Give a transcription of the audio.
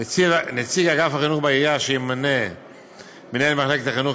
(2) נציג אגף החינוך בעירייה שימנה מנהל מחלקת החינוך